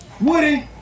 Woody